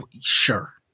sure